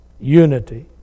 unity